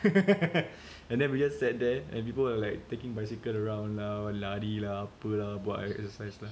and then we just sat there and people were like taking bicycle around lari lah apa lah buat exercise lah